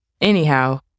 Anyhow